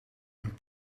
een